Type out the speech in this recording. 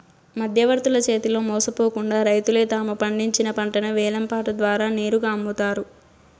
మధ్యవర్తుల చేతిలో మోసపోకుండా రైతులే తాము పండించిన పంటను వేలం పాట ద్వారా నేరుగా అమ్ముతారు